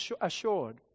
assured